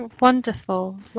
wonderful